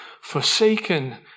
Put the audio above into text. forsaken